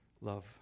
love